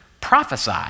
prophesy